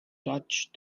touch